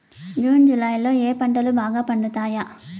June July లో ఏ పంటలు బాగా పండుతాయా?